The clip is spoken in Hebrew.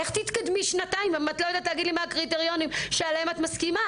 איך תתקדמי שנתיים אם את לא יודעת מה הקריטריונים שעליהם את מסכימה?